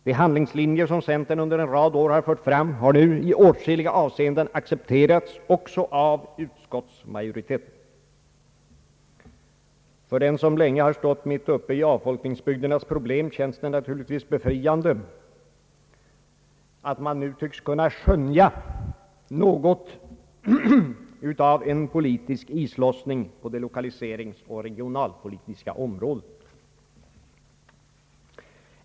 De handlingslinjer som centern under en rad år fört fram har i åtskilliga avseenden accepterats också av utskottsmajoriteten. För den som länge stått mitt uppe i avfolkningsbygdernas problem känns det naturligtvis befriande att man nu tycks kunna skönja något av en politisk islossning på det lokaliseringsoch regionalpolitiska området.